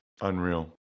Unreal